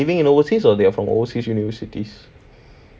so these people are living in overseas or they are from overseas universities